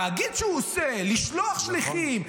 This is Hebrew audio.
להגיד שהוא עושה, לשלוח שליחים.